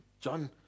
John